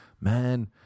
man